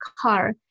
car